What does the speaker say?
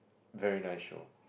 very nice show